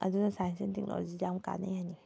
ꯑꯗꯨꯅ science and ꯇꯦꯛꯅꯣꯂꯣꯖꯤꯁꯦ ꯌꯥꯝꯅ ꯀꯥꯟꯅꯩ ꯍꯥꯏꯅꯤꯡꯉꯦ